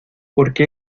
porque